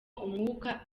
umwuka